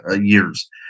years